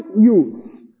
use